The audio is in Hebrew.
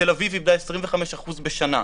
תל אביב איבדה 25% בשנה,